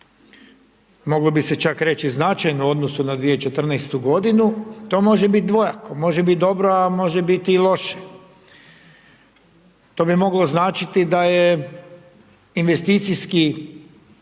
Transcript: moglo bi se čak reći značajno u odnosu na 2014. g., to može biti dvojako, može bit dobro a može bit i loše. To bi moglo značiti da je investicijski